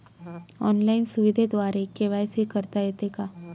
Online सुविधेद्वारे KYC करता येते का?